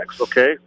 okay